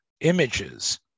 images